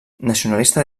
nacionalista